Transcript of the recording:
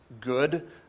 good